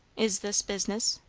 is this business?